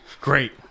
Great